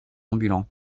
ambulants